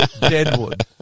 Deadwood